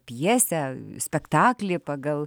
pjesę spektaklį pagal